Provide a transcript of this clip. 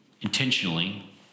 intentionally